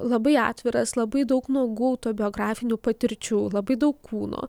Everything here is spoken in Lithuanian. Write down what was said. labai atviras labai daug nuogų autobiografinių patirčių labai daug kūno